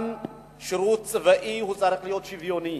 השירות הצבאי צריך להיות שוויוני.